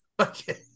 Okay